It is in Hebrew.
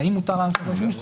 והאם מותר לעשות בו שימוש.